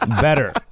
Better